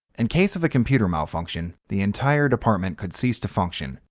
and case of a computer malfunction, the entire department could cease to function,